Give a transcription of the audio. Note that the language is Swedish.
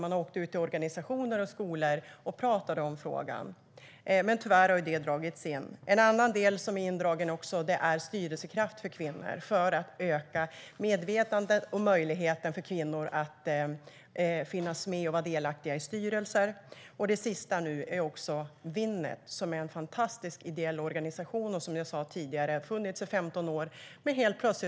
De åkte ut till organisationer och skolor och pratade om frågan. Tyvärr har det dragits in. Något annat som också dragits in är Styrelsekraft för kvinnor, som hade till syfte att öka medvetandet och möjligheten för kvinnor att vara delaktiga i styrelser. Det senaste exemplet är Winnet. Det är en fantastisk ideell organisation som har funnits i 15 år.